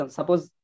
Suppose